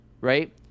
right